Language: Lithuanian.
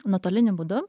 nuotoliniu būdu